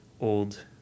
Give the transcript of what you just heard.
old